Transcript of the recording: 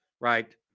right